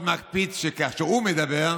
בבקשה, אדוני השר.